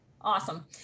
Awesome